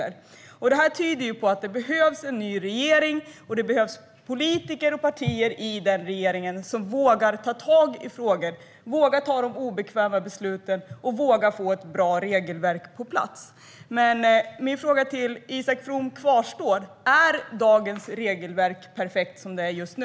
Det tyder på att det behövs en ny regering, och det behövs partier och politiker i den regeringen som vågar ta tag i frågor, vågar fatta obekväma beslut och vågar att sätta ett bra regelverk på plats. Min fråga till Isak From kvarstår: Är dagens regelverk perfekt som det är just nu?